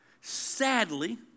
Sadly